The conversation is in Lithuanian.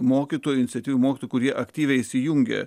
mokytojų iniciatyvių mokytojų kurie aktyviai įsijungia